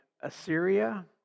Assyria